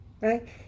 right